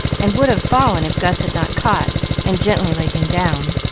and would have fallen if gus had not caught and gently laid him down.